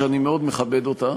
שאני מאוד מכבד אותה,